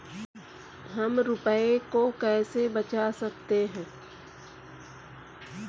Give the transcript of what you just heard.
हम रुपये को कैसे बचा सकते हैं?